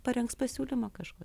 parengs pasiūlymą kažkur